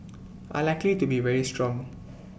are likely to be very strong